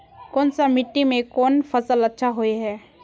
कोन सा मिट्टी में कोन फसल अच्छा होय है?